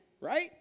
right